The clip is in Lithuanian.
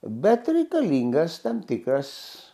bet reikalingas tam tikras